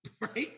right